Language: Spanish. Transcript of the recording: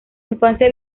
infancia